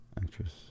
Actress